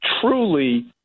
truly